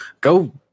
go